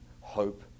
hope